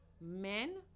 men